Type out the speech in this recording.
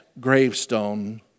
gravestone